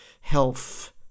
health